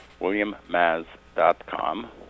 williammaz.com